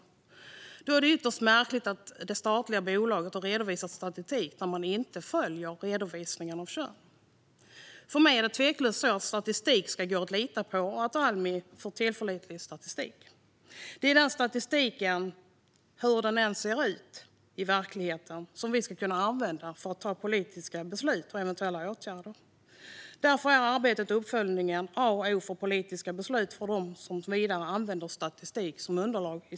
Därför är det ytterst märkligt att det statliga bolaget har redovisat statistik där man inte följer redovisningen av kön. För mig ska statistik tveklöst gå att lita på och att Almi för tillförlitlig statistik. Det är denna statistik, hur den än ser ut i verkligheten, som vi ska kunna använda för att fatta politiska beslut och vidta eventuella åtgärder. Därför är arbetet och uppföljningen A och O för politiska beslut och för dem i Sverige som vidare använder statistiken som underlag.